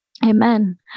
Amen